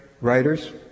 writers